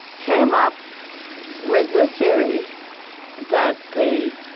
came up with the theory that the